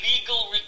legal